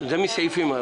במקום,